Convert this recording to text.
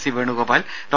C Venugopal Dr